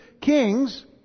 kings